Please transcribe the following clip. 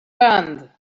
band